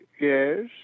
Yes